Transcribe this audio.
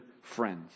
friends